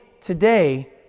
today